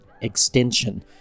Extension